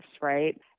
right